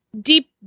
deep